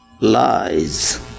lies